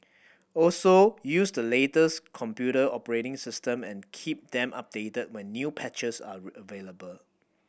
also use the latest computer operating system and keep them updated when new patches are available